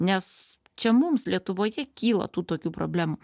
nes čia mums lietuvoje kyla tų tokių problemų